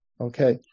Okay